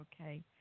Okay